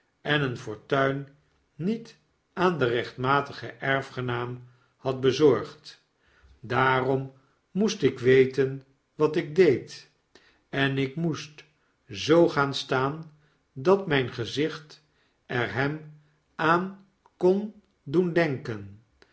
en een fortuinniet aan den rechtmatigen erfgenaam had bezorgd daarom moest ik weten wat ik deed en ik moest zoo gaan staan dat myn gezicht er hem aan kon doen denken